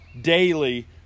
daily